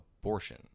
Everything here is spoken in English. abortion